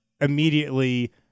immediately